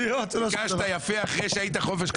ביקשת יפה אחרי שהיית בחופש.